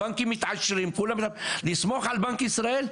הבנקים מתעשרים, לסמוך על בנק ישראל?